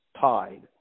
tied